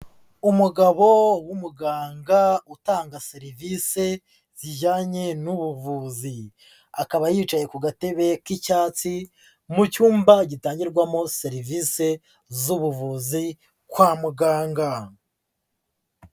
Umugabo w'umuganga utanga serivisi zijyanye n'ubuvuzi, akaba yicaye ku gatebe k'icyatsi, mu cyumba gitangirwamo serivisi z'ubuvuzi kwa muganga.